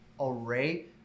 array